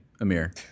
Amir